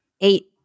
eight